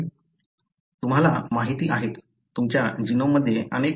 तुम्हाला माहिती आहेच तुमच्या जीनोममध्ये अनेक अनुक्रम आहेत